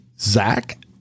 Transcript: Zach